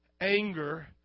anger